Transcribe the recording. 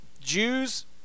Jews